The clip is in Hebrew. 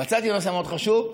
מצאתי נושא מאוד חשוב,